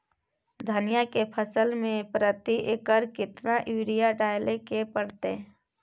धनिया के फसल मे प्रति एकर केतना यूरिया डालय के परतय?